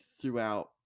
throughout